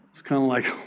it's kind of like,